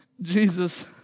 Jesus